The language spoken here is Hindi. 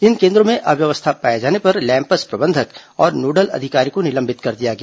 इन केन्द्रों में अव्यवस्था पाए जाने पर लैंपस प्रबंधक और नोडल अधिकारी को निलंबित कर दिया गया